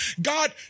God